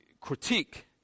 critique